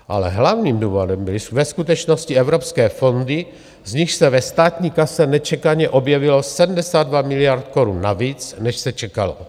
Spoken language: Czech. Ale hlavním důvodem byly ve skutečnosti evropské fondy, z nichž se ve státní kase nečekaně objevilo 72 miliard korun navíc, než se čekalo.